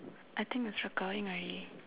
I think it's recording already